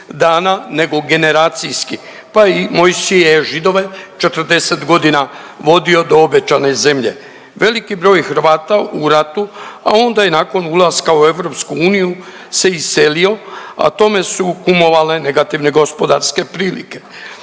Hrvata u ratu, a onda i nakon ulaska u EU se iselio, a tome su kumovale negativne gospodarske prilike.